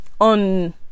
on